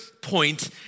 point